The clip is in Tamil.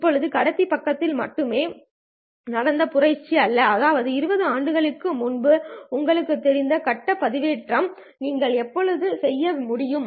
இப்போது கடத்தி பக்கத்தில் மட்டுமே நடந்த புரட்சி அல்ல அதாவது 20 ஆண்டுகளுக்கு முன்பு உங்களுக்குத் தெரிந்த கட்ட பண்பேற்றத்தை நீங்கள் எப்போதும் செய்ய முடியும்